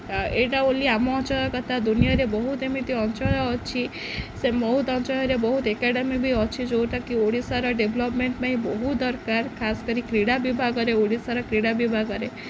ଏଇଟା ବୋଲି ଆମ ଅଞ୍ଚଳ କଥା ଦୁନିଆରେ ବହୁତ ଏମିତି ଅଞ୍ଚଳ ଅଛି ସେ ବହୁତ ଅଞ୍ଚଳରେ ବହୁତ ଏକାଡ଼େମି ବି ଅଛି ଯେଉଁଟାକି ଓଡ଼ିଶାର ଡେଭ୍ଲପ୍ମେଣ୍ଟ୍ ପାଇଁ ବହୁତ ଦରକାର ଖାସ୍ କରି କ୍ରୀଡ଼ା ବିଭାଗରେ ଓଡ଼ିଶାର କ୍ରୀଡ଼ା ବିଭାଗରେ